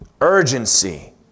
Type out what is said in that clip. Urgency